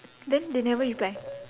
then they never reply